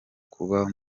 kuba